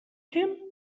him